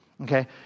okay